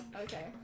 Okay